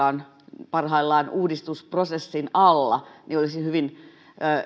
on parhaillaan uudistusprosessin alla ja olisi hyvin